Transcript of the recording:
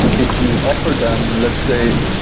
if you offer them let's say,